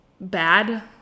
bad